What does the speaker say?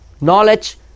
Knowledge